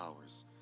hours